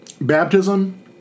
Baptism